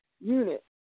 unit